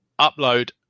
upload